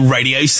Radio